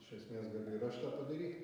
iš esmės galiu ir aš tą padaryt